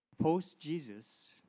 post-Jesus